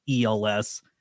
ELS